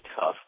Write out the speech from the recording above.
tough